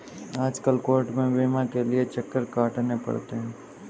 आजकल कोर्ट में बीमा के लिये चक्कर काटने पड़ते हैं